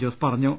ജോസ് പറഞ്ഞു